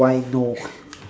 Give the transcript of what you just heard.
why no